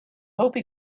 hope